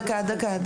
דקה.